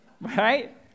right